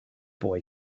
boy